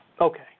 Okay